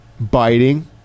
biting